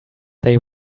they